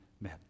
men